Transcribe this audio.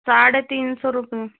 साढ़े तीन सौ रुपए